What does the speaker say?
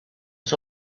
was